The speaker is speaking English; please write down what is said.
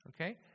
okay